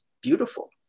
beautiful